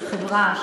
חברה,